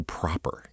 proper